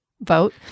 vote